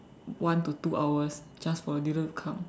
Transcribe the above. one to two hours just for a dealer to come